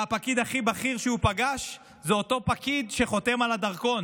והפקיד הכי בכיר שהוא פגש זה אותו פקיד שחותם על הדרכון.